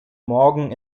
morgen